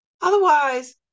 Otherwise